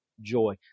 joy